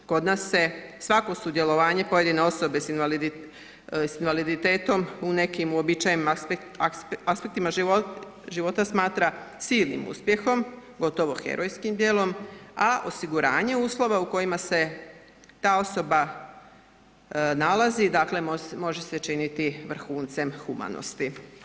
Kod nas se svako sudjelovanje pojedine osobe s invaliditetom u nekim uobičajenim aspektima života smatra silnim uspjehom, gotovo herojskim djelom, a osiguranje uvjeta u kojima se ta osoba nalazi, dakle može se činiti vrhuncem humanosti.